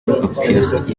pierced